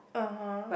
(uh huh)